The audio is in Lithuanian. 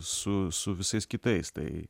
su su visais kitais tai